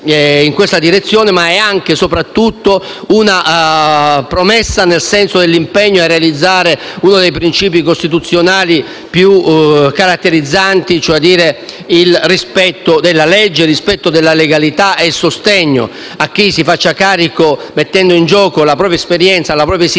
ma è anche e soprattutto volta ad impegnarsi a realizzare uno dei principi costituzionali più caratterizzanti, cioè il rispetto della legge. Il rispetto della legalità richiede sostegno a chi si faccia carico, mettendo in gioco la propria esperienza, la propria esistenza,